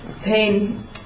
pain